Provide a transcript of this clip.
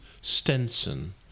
Stenson